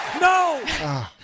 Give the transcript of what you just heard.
No